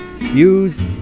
use